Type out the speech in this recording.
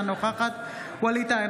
אינה נוכחת ווליד טאהא,